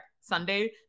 Sunday